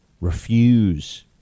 refuse